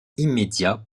immédiat